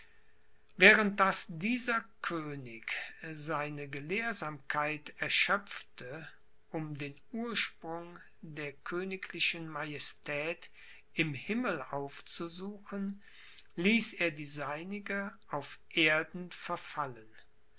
während daß dieser könig seine gelehrsamkeit erschöpfte um den ursprung der königlichen majestät im himmel aufzusuchen ließ er die seinige auf erden verfallen